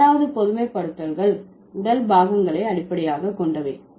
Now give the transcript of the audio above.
இந்த 6வது பொதுமைப்படுத்துதல்கள் உடல் பாகங்களை அடிப்படையாக கொண்டவை